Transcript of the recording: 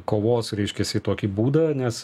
kovos reiškiasi tokį būdą nes